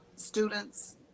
students